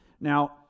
Now